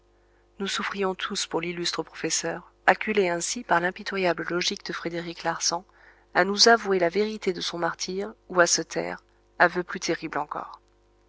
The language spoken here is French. nous souffrions tous pour l'illustre professeur acculé ainsi par l'impitoyable logique de frédéric larsan à nous avouer la vérité de son martyre ou à se taire aveu plus terrible encore